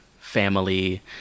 family